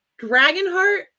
Dragonheart